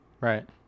Right